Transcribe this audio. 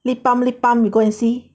lip balm lip balm you go and see